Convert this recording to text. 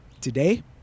Today